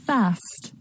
Fast